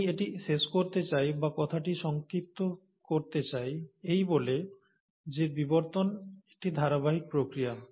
আমি এটি শেষ করতে চাই বা কথাটি সংক্ষিপ্ত করতে চাই এই বলে যে বিবর্তন একটি ধারাবাহিক প্রক্রিয়া